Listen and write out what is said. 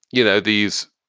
you know, these.